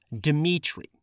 Dmitry